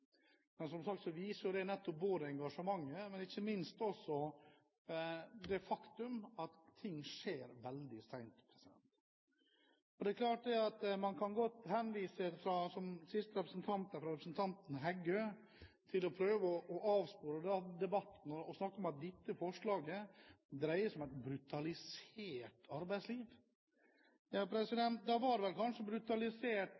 men som sagt viser det nettopp både engasjementet og ikke minst også det faktum at ting skjer veldig sent. Det er klart at man kan godt prøve å avspore debatten, som nå sist representanten Heggø gjorde, og snakke om at dette forslaget dreier seg om et brutalisert